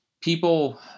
people